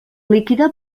líquida